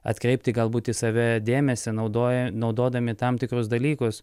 atkreipti galbūt į save dėmesį naudoja naudodami tam tikrus dalykus